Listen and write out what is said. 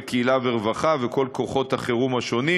קהילה ורווחה וכל כוחות החירום השונים.